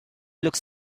looked